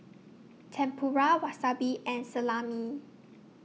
Tempura Wasabi and Salami